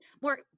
more